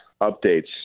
updates